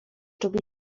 czubi